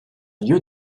lieu